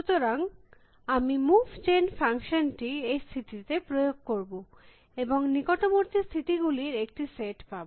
সুতরাং আমি move gen function টি এই স্থিতিতে প্রয়োগ করব এবং নিকটবর্তী স্থিতি গুলির একটি সেট পাব